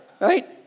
right